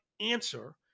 answer